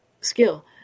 skill